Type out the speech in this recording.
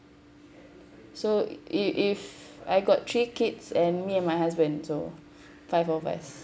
so if if I got three kids and me and my husband so five of us